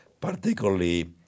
particularly